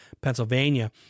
Pennsylvania